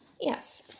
yes